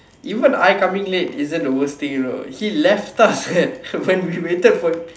even I coming late isn't the worst thing you know he left us eh when we waited for him